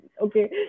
Okay